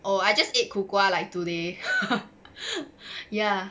oh I just ate 苦瓜 like today ya